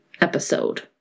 episode